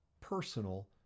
personal